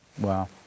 Wow